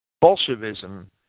Bolshevism